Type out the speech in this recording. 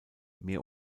mehr